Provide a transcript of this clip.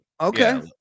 Okay